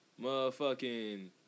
motherfucking